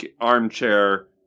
armchair